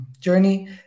journey